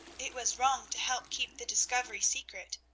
it was wrong to help keep the discovery secret.